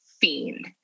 fiend